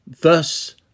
Thus